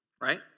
right